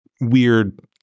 weird